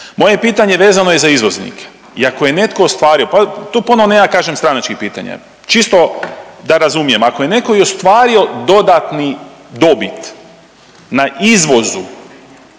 Moje pitanje vezano je za izvoznike i ako je netko ostvario, pa tu puno nema stranačkih pitanja. Čisto da razumijem. Ako je netko i ostvario dodatni dobit na izvozu